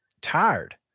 tired